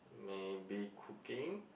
maybe cooking